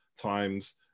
times